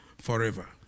forever